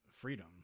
freedom